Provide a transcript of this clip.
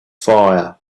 fire